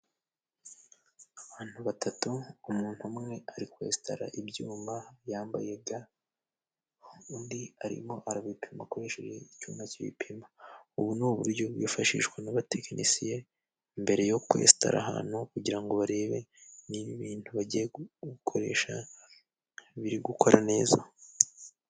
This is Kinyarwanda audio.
Abantu batatu umuntu umwe ari kwesitala ibyuma yambaye ga. Undi arimo arabipima akoresheje icyuma kibipima. Ubu ni uburyo bwifashishwa n'abatekinisiye mbere yo kwesitara ahantu kugira ngo barebe niba ibintu bagiye gukoresha biri gukora neza.